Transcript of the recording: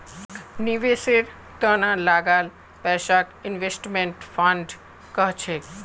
निवेशेर त न लगाल पैसाक इन्वेस्टमेंट फण्ड कह छेक